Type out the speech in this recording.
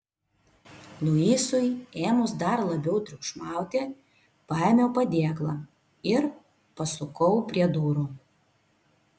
luisui ėmus dar labiau triukšmauti paėmiau padėklą ir pasukau prie durų